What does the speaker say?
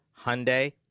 Hyundai